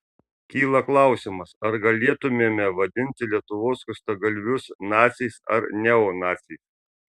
kyla klausimas ar galėtumėme vadinti lietuvos skustagalvius naciais ar neonaciais